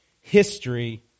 history